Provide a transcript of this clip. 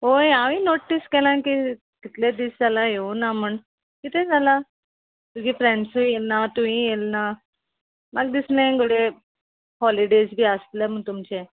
होय हांव नोटीस केलां की कितले दीस जाला येवना म्हण कितें जाला तुजी फ्रेंड्सूय येल ना तुयी येयल ना म्हाका दिसलें गोडये हॉलिडेज बी आसले म्हण तुमचे